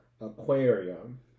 aquarium